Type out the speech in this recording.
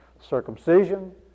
circumcision